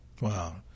Wow